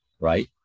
right